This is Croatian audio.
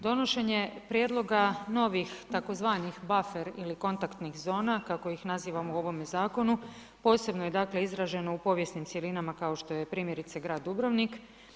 Donošenje prijedloga novih, tzv. buffer ili kontaktnih zona kako ih nazivamo u ovome zakonu posebno je dakle izraženo u povijesnim cjelinama kao što je primjerice grad Dubrovnik.